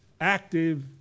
active